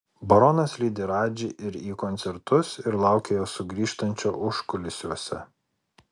baronas lydi radži ir į koncertus ir laukia jo sugrįžtančio užkulisiuose